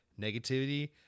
negativity